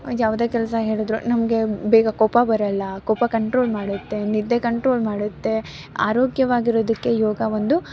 ಯಾವುದೇ ಕೆಲಸ ಹೇಳಿದ್ರೂ ನಮಗೆ ಬೇಗ ಕೋಪ ಬರೋಲ್ಲ ಕೋಪ ಕಂಟ್ರೋಲ್ ಮಾಡುತ್ತೆ ನಿದ್ದೆ ಕಂಟ್ರೋಲ್ ಮಾಡುತ್ತೆ ಆರೋಗ್ಯವಾಗಿರೋದಕ್ಕೆ ಯೋಗ ಒಂದು